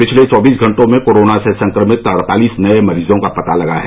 पिछले चौबीस घंटों में कोरोना से संक्रमित अड़तालीस नये मरीजों का पता लगा है